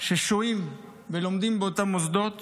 ששוהים ולומדים באותם מוסדות